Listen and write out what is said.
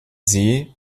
see